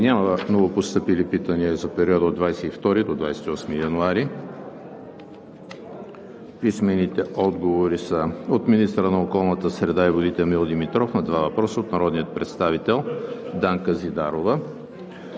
няма новопостъпили питания за периода 22 – 28 януари 2021 г. Писмените отговори са от: - министъра на околната среда и водите Емил Димитров на два въпроса от народния представител Данка Зидарова;